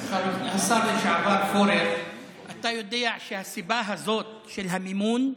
השר לשעבר פורר, אתה יודע שהסיבה הזאת של המימון,